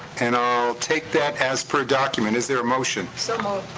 and i'll take that as per document. is there a motion? so moved.